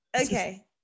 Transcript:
okay